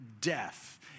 death